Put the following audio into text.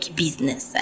business